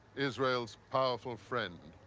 israel's powerful friend.